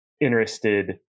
interested